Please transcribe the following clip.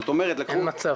<< דובר_המשך